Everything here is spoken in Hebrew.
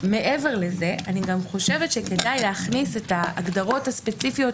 מעבר לזה אני גם חושבת שכדאי להכניס את ההגדרות הספציפיות